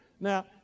Now